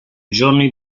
giorni